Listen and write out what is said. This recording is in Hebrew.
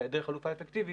בהיעדר חלופה אפקטיבית,